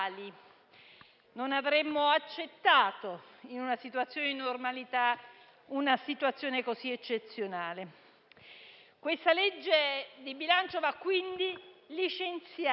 Non avremmo accettato, in una condizione di normalità, una situazione così eccezionale. Questa legge di bilancio va quindi licenziata